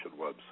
website